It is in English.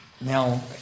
Now